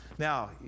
Now